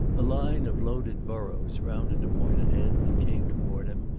a line of loaded burros rounded a point ahead and came toward him,